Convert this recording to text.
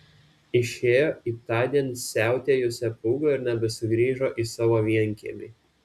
išėjo į tądien siautėjusią pūgą ir nebesugrįžo į savo vienkiemį